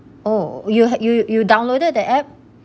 oh you ha~ you you downloaded the app